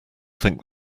think